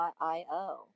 .io